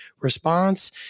response